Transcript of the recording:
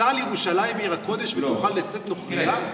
סע לירושלים עיר הקודש ותוכל לשאת נוכרייה?